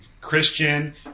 Christian